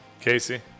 Casey